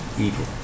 evil